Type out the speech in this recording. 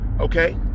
okay